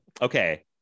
Okay